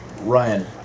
Ryan